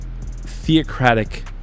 theocratic